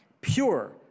Pure